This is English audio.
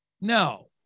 No